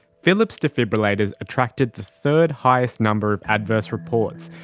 philips defibrillators attracted the third highest number of adverse reports,